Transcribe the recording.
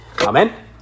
Amen